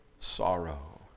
Sorrow